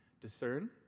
Discern